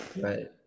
Right